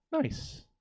Nice